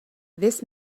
this